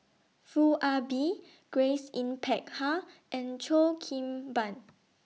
Foo Ah Bee Grace Yin Peck Ha and Cheo Kim Ban